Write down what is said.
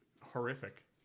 horrific